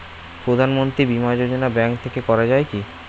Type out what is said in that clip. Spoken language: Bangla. প্রধানমন্ত্রী বিমা যোজনা ব্যাংক থেকে করা যায় কি?